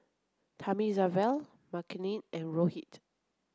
Thamizhavel Makineni and Rohit